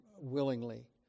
willingly